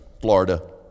Florida